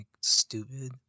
stupid